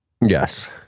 Yes